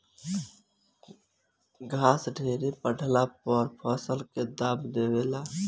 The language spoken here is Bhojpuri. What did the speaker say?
घास ढेरे बढ़ला पर फसल के दाब देवे ला